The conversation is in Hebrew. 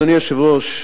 אדוני היושב-ראש,